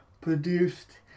produced